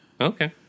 Okay